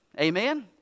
Amen